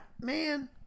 man